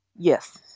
Yes